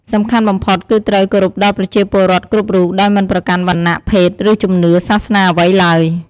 សំខាន់បំផុត គឺត្រូវ គោរពដល់ប្រជាពលរដ្ឋគ្រប់រូប ដោយមិនប្រកាន់ វណ្ណៈ ភេទ ឬជំនឿ សាសនាអ្វីឡើយ។